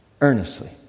Earnestly